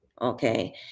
okay